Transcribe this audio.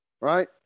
right